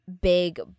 big